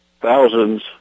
Thousands